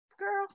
girl